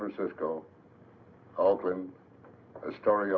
francisco oakland story